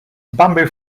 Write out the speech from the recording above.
bamboo